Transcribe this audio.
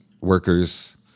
workers